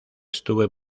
estuve